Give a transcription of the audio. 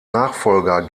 nachfolger